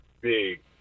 big